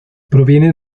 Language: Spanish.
proviene